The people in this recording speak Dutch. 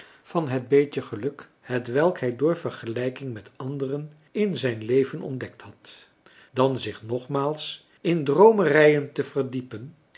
van het beetje geluk hetwelk hij door vergelijking met anderen in zijn leven ontdekt had dan zich nogmaals in droomerijen te verdiepen